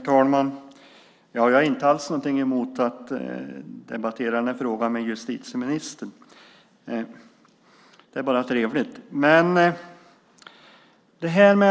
Herr talman! Jag har inte alls någonting emot att debattera den här frågan med justitieministern - det är bara trevligt.